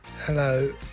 Hello